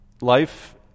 Life